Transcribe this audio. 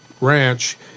ranch